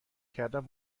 کردن